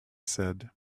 said